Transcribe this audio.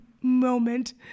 moment